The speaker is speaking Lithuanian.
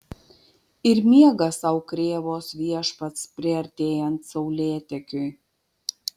ir miega sau krėvos viešpats priartėjant saulėtekiui